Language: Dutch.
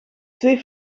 twee